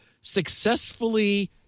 successfully